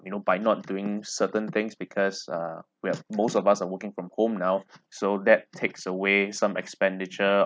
you know by not doing certain things because uh we have most of us are working from home now so that takes away some expenditure